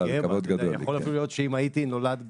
יכול מאוד להיות שאם הייתי נולד ב-,